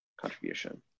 contribution